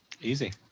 Easy